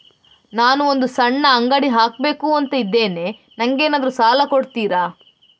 ನಾನು ಒಂದು ಸಣ್ಣ ಅಂಗಡಿ ಹಾಕಬೇಕುಂತ ಇದ್ದೇನೆ ನಂಗೇನಾದ್ರು ಸಾಲ ಕೊಡ್ತೀರಾ?